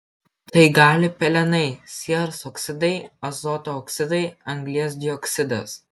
tai gali pelenai sieros oksidai azoto oksidai anglies dioksidas